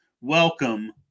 Welcome